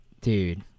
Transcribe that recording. Dude